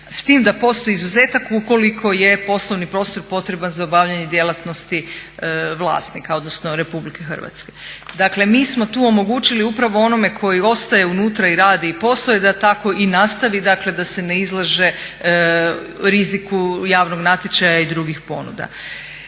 s tim da postoji izuzetak ukoliko je poslovni prostor potreban za obavljanje djelatnosti vlasnika, odnosno RH. Dakle, mi smo tu omogućili upravo onome koji ostaje unutra i radi poslove da tako i nastavi, dakle da se ne izlaže riziku javnog natječaja i drugih ponuda.